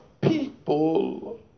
people